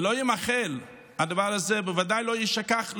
ולא יימחל הדבר הזה, בוודאי לא יישכח לעולם.